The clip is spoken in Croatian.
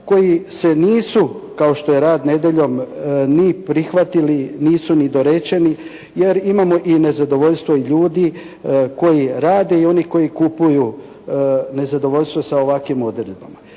koji se nisu kao što je rad nedjeljom, ni prihvatili, nisu ni dorečeni, jer imamo i nezadovoljstvo ljudi koji rade i onih koji kupuju nezadovoljstvo sa ovakvim odredbama.